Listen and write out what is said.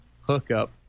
hookup